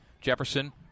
Jefferson